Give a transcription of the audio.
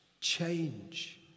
Change